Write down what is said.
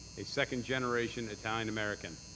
a second generation italian american.